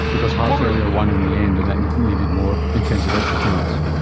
because heart failure won and the end and that needed more intensive exercise.